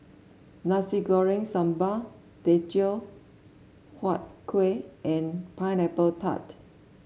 Nasi Goreng Sambal Teochew Huat Kuih and Pineapple Tart